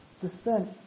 descent